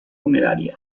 funeraria